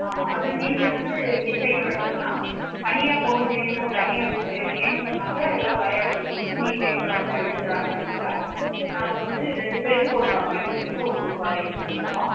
ஆமாம் அது நீங்கள் வந்து டிசைட் பண்ணுறது தான் தனியாக பொண்ணு வேணும் தனியாக ரூம் வேணும் ஏன்னு சொன்னாக்க எல்லாம் பயாலஜி குரூப் நீட் எக்ஸாம் எல்லாம் எழுதுறாங்கன்னாக்க நாங்கள் வந்து ரெண்டு பேத்துக்கு ஒரு கம்ப்யூட்டர் வச்சி ஒரு ரூம் அரேஞ்ச் பண்ணியிருக்கோம்